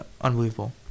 unbelievable